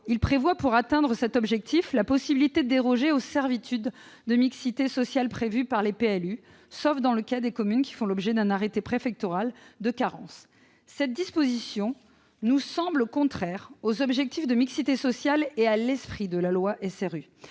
Toutefois, pour atteindre cet objectif, est accordée la possibilité de déroger aux servitudes de mixité sociale prévues par les PLU, sauf dans le cas des communes faisant l'objet d'un arrêté préfectoral de carence. Cette disposition nous semble contraire aux objectifs de mixité sociale et à l'esprit de la loi SRU.